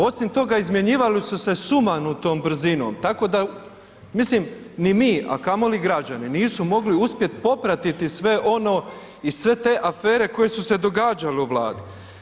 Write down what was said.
Osim toga izmjenjivale su se sumanutom brzinom, tako da mislim ni mi, a kamoli građani nisu uspjeli popratit sve ono i sve te afere koje su se događale u Vladi.